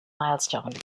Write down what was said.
milestone